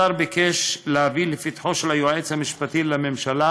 השר ביקש להביא לפתחו של היועץ המשפטי לממשלה